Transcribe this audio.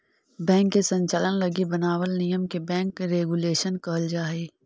bank के संचालन लगी बनावल नियम के बैंक रेगुलेशन कहल जा हइ